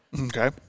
Okay